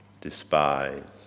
despise